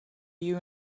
you